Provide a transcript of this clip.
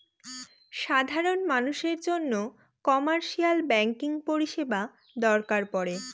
সাধারন মানুষের জন্য কমার্শিয়াল ব্যাঙ্কিং পরিষেবা দরকার পরে